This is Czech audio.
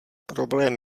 problém